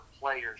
players